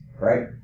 right